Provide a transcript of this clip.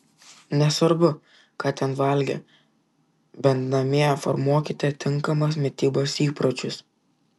nesvarbu ką ten valgė bent namie formuokite tinkamos mitybos įpročius